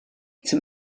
zum